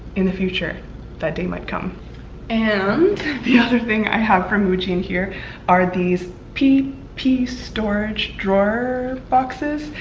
in the future that day might come and um the other thing i have from muji and here are these pp pp storage drawer boxes.